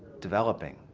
developing,